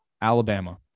Alabama